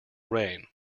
rain